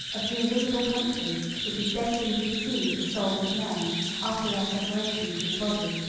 of the invisible country which is destined to receive the souls of men after their separation from the body.